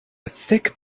thick